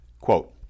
Quote